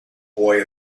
boy